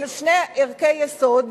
אלה שני ערכי יסוד,